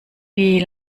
wie